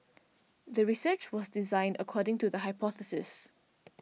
the research was designed according to the hypothesis